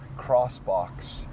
Crossbox